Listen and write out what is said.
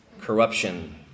corruption